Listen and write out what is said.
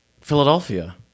Philadelphia